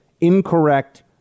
incorrect